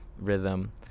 rhythm